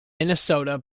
minnesota